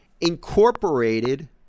incorporated